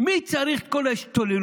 מי צריך את כל ההשתוללות